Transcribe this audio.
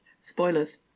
Spoilers